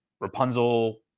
Rapunzel